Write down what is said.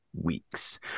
weeks